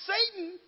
Satan